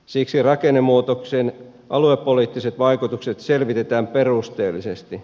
siksi rakennemuutoksen aluepoliittiset vaikutukset selvitetään perusteellisesti